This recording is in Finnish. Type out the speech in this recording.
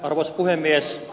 arvoisa puhemies